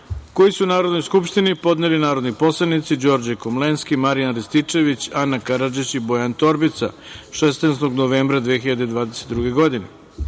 koji su Narodnoj skupštini podneli narodni poslanici